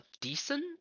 decent